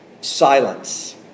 silence